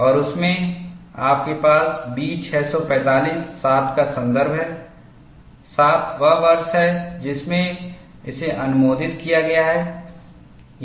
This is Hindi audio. और उस में आपके पास B 645 07 का संदर्भ है 07 वह वर्ष है जिसमें इसे अनुमोदित किया गया है